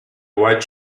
white